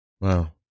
Wow